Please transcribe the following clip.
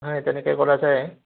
সেই তেনেকেই কৰা যায়